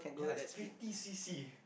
ya it's fifty C_C